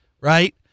right